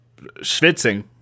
Schwitzing